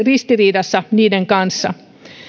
ristiriidassa niiden kanssa